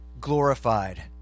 glorified